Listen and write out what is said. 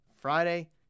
Friday